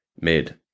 mid